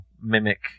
mimic